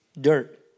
dirt